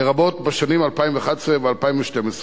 לרבות בשנים 2011 2012,